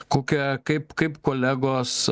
kokia kaip kaip kolegos